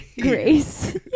Grace